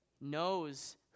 knows